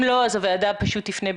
אם יש מקום בוועדה להתמכרויות